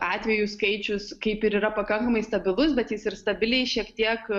atvejų skaičius kaip ir yra pakankamai stabilus bet jis ir stabiliai šiek tiek